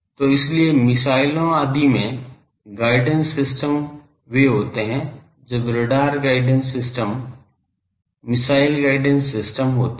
तो इसीलिए मिसाइलों आदि में गाइडेंस सिस्टम वे होते हैं जब radar guidance system missile guidance system होते हैं